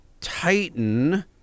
titan